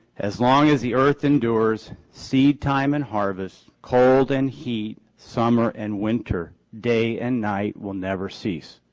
as long as the earth endures, seedtime and harvest, cold and heat, summer and winter, day and night will never cease.